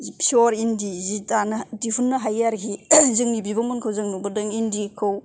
पियर इन्दि जि दानो दिहुन्नो हायो आरोखि जोंनि बिब'मोनखौ जों नुबोदों इन्दिखौ